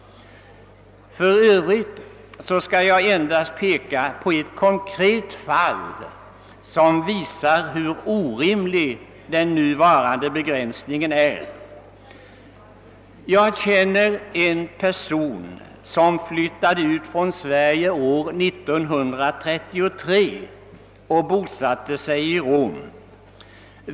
I övrigt skall jag endast peka på ett konkret fall, som visar hur orimlig den nuvarande begränsningen är. Jag känner en person som flyttade ut från Sverige år 1933 och bosatte sig i Rom.